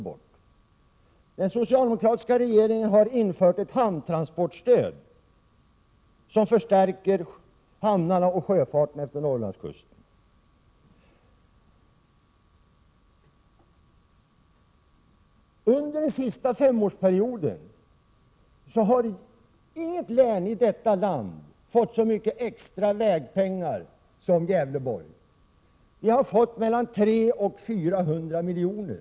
1987/88:90 har infört ett hamntransportstöd som förstärker hamnarna och sjöfarten 23 mars 1988 Under den senaste femårsperioden har inget län i detta land fått så mycket Ki cenbralnömnd, extra vägpengar som Gävleborgs län. Vi har fått mellan 300 och 400 miljoner.